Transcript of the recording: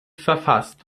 verfasst